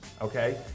okay